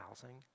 housing